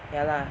ya lah